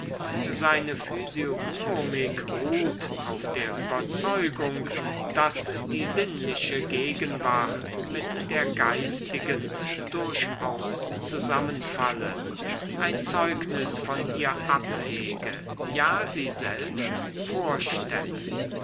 seine physiognomik ruht auf der überzeugung daß die sinnliche gegenwart mit der geistigen durchaus zusammenfalle ein zeugnis von ihr ablege ja sie selbst vorstelle